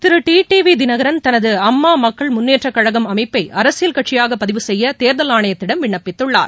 திரு T T V Dinakaran தனது அம்மா மக்கள் முன்னேற்றக் கழகம் அமைப்பை அரசியல் கட்சியாக பதிவு செய்ய தேர்தல் ஆணையத்திடம் விண்ணப்பித்துள்ளார்